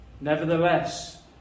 Nevertheless